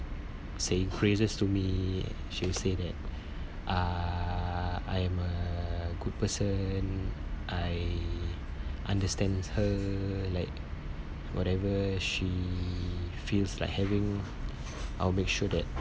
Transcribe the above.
saying praises to me she would say that uh I am a good person I understand her like whatever she feels like having I'll make sure that